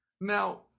Now